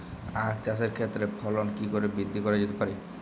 আক চাষের ক্ষেত্রে ফলন কি করে বৃদ্ধি করা যেতে পারে?